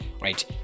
right